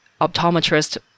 optometrist